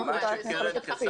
כפי שהיא מחליטה על התקציב.